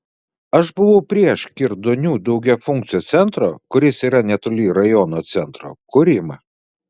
aš buvau prieš kirdonių daugiafunkcio centro kuris yra netoli rajono centro kūrimą